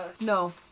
No